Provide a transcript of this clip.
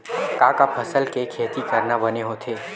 का का फसल के खेती करना बने होथे?